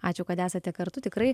ačiū kad esate kartu tikrai